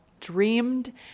dreamed